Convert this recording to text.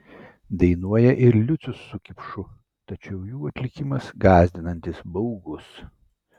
dainuoja ir liucius su kipšu tačiau jų atlikimas gąsdinantis baugus